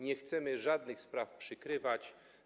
Nie chcemy żadnych spraw przykrywać.